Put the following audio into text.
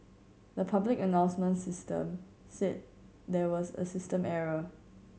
the public announcement system said there was a system error